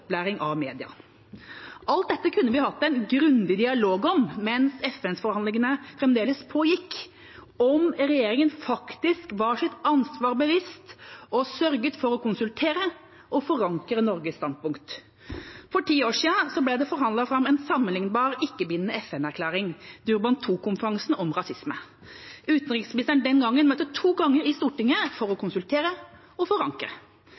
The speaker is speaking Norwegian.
opplæring av media. Alt dette kunne vi hatt en grundig dialog om mens FN-forhandlingene fremdeles pågikk, om regjeringa faktisk var seg sitt ansvar bevisst og sørget for å konsultere og forankre Norges standpunkt. For ti år siden ble det forhandlet fram en sammenlignbar ikke-bindende FN-erklæring, Durban II-konferansen om rasisme. Utenriksministeren den gangen møtte to ganger i Stortinget for å konsultere og forankre.